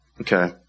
Okay